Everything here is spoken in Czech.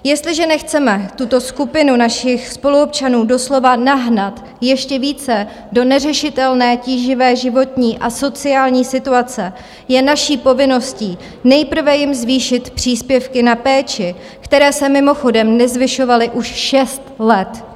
Jestliže nechceme tuto skupinu našich spoluobčanů doslova nahnat ještě více do neřešitelné tíživé životní a sociální situace, je naší povinností nejprve jim zvýšit příspěvky na péči, které se mimochodem nezvyšovaly už šest let.